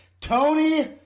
Tony